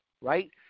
right